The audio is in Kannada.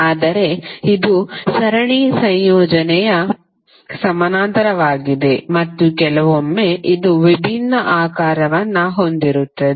ಆದರೆ ಇದು ಸರಣಿಯ ಸಂಯೋಜನೆ ಸಮಾನಾಂತರವಾಗಿದೆ ಮತ್ತು ಕೆಲವೊಮ್ಮೆ ಇದು ವಿಭಿನ್ನ ಆಕಾರವನ್ನು ಹೊಂದಿರುತ್ತದೆ